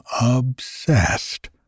obsessed